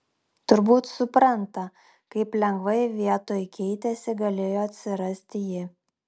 turbūt supranta kaip lengvai vietoj keitėsi galėjo atsirasti ji